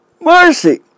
mercy